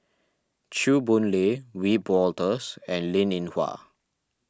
Chew Boon Lay Wiebe Wolters and Linn in Hua